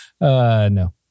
No